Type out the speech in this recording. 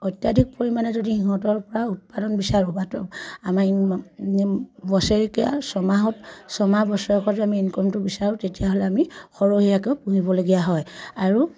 অত্যধিক পৰিমাণে যদি সিহঁতৰ পৰা উৎপাদন বিচাৰোঁ বা আমাৰ ইন বছৰিকীয়া ছমাহত ছমাহ বছৰেকত যদি আমি ইনকমটো বিচাৰোঁ তেতিয়াহ'লে আমি সৰহীয়াকৈ পুহিবলগীয়া হয় আৰু